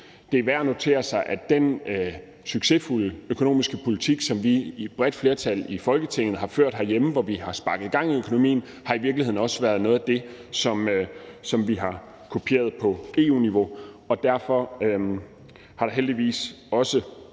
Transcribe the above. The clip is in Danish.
det er værd at notere sig, at den succesfulde økonomiske politik, som vi med et bredt flertal i Folketinget har ført herhjemme, hvor vi får sparket gang i økonomien, i virkeligheden også har været noget af det, som man har kopieret på EU-niveau. Derfor er der heldigvis også